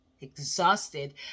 exhausted